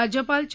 राज्यपाल चे